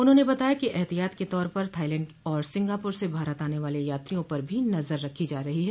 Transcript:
उन्होंने बताया कि एहतियात के तौर पर थाइलैंड और सिंगापुर से भारत आने वाले यात्रियों पर भी नजर रखी जा रही है